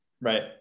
Right